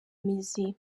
mizi